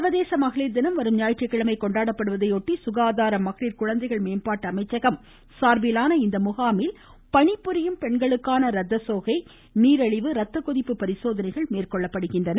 சர்வதேச மகளிர் தினம் வரும் ஞாயிற்றுக்கிழமை கொண்டாடப்படுவதையொட்டி சுகாதாரம் மகளிர் குழந்தைகள் மேம்பாட்டு அமைச்சகம் சார்பிலான இம்முகாமில் பணிபுரியும் பெண்களுக்கான சோகை நீரழிவு ரத்தக்கொதிப்பு ரத்த பரிசோதனைகள் மேற்கொள்ளப்படுகின்றன